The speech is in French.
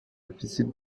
visite